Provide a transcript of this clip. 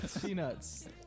Peanuts